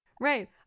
right